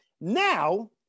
now